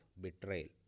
betrayal